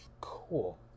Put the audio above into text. Cool